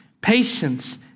patience